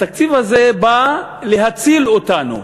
התקציב הזה בא להציל אותנו.